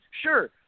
sure